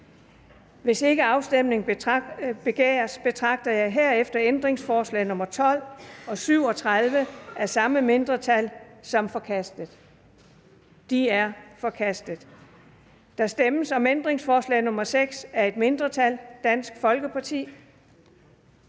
Hvis ikke afstemning begæres, betragter jeg herefter ændringsforslag nr. 2, stillet af det samme mindretal, som forkastet. Det er forkastet. Der stemmes om ændringsforslag nr. 3 af et mindretal (DF), og der